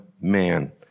man